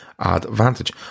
advantage